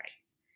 rights